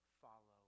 follow